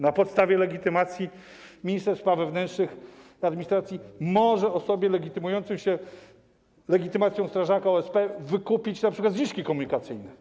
Na podstawie legitymacji minister spraw wewnętrznych i administracji może osobie legitymującej się legitymacją strażaka OSP wykupić np. zniżki komunikacyjne.